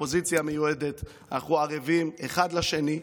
האופוזיציה המיועדת, אנחנו ערבים אחד לשני.